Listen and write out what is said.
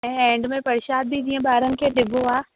ऐं एंड में परशाद बि जीअं ॿारन खे ॾिबो आहे